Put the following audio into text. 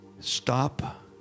Stop